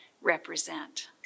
represent